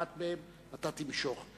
אחת מהן אתה תמשוך.